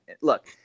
look